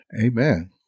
Amen